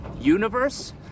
Universe